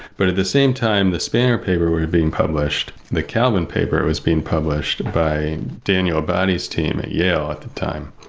but at the same time, the spanner paper were being published, the calvin paper was being published by daniel abadi's team at yale at the time.